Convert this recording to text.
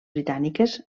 britàniques